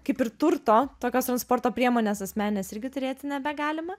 kaip ir turto tokios transporto priemonės asmeninės irgi turėti nebegalima